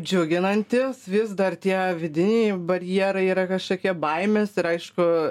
džiuginantis vis dar tie vidiniai barjerai yra kažkokie baimės ir aišku